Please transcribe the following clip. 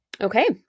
Okay